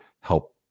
help